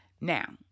Now